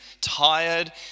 tired